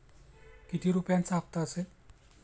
किती रुपयांचा हप्ता असेल?